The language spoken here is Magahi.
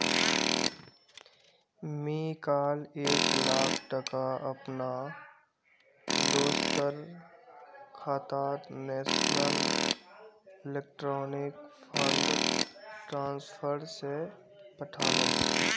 मी काल एक लाख टका अपना दोस्टर खातात नेशनल इलेक्ट्रॉनिक फण्ड ट्रान्सफर से पथानु